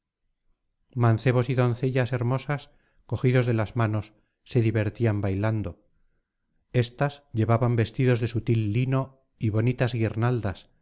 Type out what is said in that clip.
mancebos y doncellas hermosas cogidos de las manos se divertían bailando éstas llevaban vestidos de sutil lino y bonitas guirnaldas